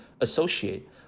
associate